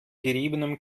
geriebenem